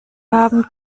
haben